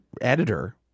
editor